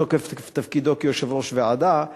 בתוקף תפקידו כיושב-ראש ועדה,